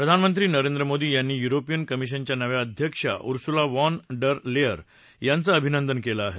प्रधानमंत्री नरेंद्र मोदी यांनी युरोपियन कमिशनच्या नव्या आयुक्त उर्सुला वॉन डर लेअर यांचं अभिनंदन केलं आहे